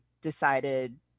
decided